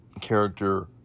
character